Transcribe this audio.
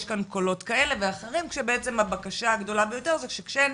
יש כאן קולות כאלה ואחרים כשהבקשה הגדולה ביותר היא שכשהם